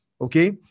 Okay